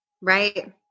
Right